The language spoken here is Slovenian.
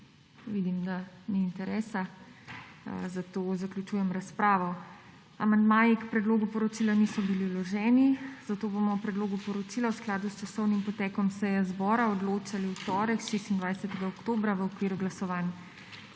Vidim, da ni interesa. Zato zaključujem razpravo. Amandmaji k predlogu poročila niso bili vloženi, zato bomo o predlogu poročila v skladu s časovnim potekom seje zbora odločali v torek, 26. oktobra, v okviru glasovanj.